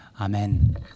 Amen